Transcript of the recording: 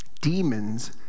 Demons